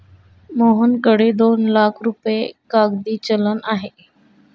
मोहनकडे दोन लाख रुपये कागदी चलन आहे